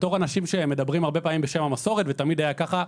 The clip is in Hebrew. כאנשים שמדברים הרבה פעמים בשם המסורת ותמיד היה כך,